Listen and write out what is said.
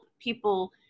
people